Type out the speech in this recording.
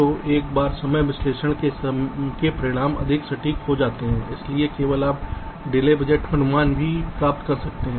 तो एक बार समय विश्लेषण के परिणाम अधिक सटीक हो जाते हैं इसलिए केवल आप डिले बजट अनुमान भी प्राप्त कर सकते हैं